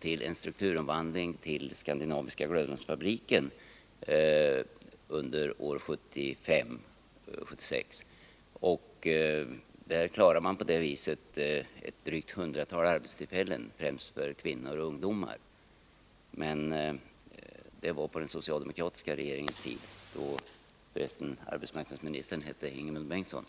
Det gällde en strukturomvandling vid Skandinaviska Glödlampfabriken AB under åren 1975 och 1976. På det viset klarades ett drygt hundratal arbetstillfällen, främst för kvinnor och ungdomar. Detta var på den socialdemokratiska regeringens tid, då för resten arbetsmarknadsministern hette Ingemund Bengtsson.